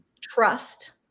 trust